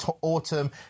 Autumn